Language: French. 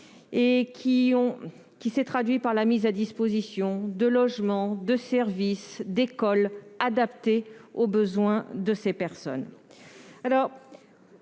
s'est traduite par la mise à disposition de logements, de services et d'écoles adaptés aux besoins de ces personnes.